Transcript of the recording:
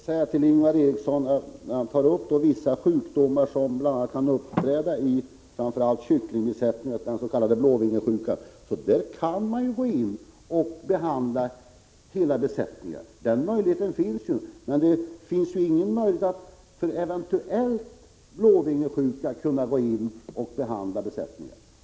Herr talman! Ingvar Eriksson tar upp frågan om vissa sjukdomar som kan uppträda i framför allt kycklingbesättningar, bl.a. dens.k. blåvingesjukan. I det fallet kan man ju behandla hela besättningen. Men det finns ingen möjlighet att för eventuell blåvingesjuka gripa in och behandla besättningen.